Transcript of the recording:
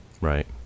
right